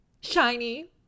Shiny